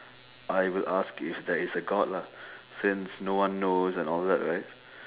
I will ask if there is a god lah since no one knows and all that right